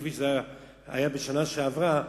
כפי שזה היה בשנה שעברה,